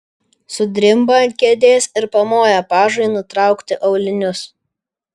sudrimba ant kėdės ir pamoja pažui nutraukti aulinius